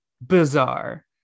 bizarre